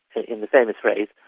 in the famous phrase,